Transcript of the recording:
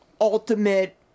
ultimate